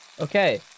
Okay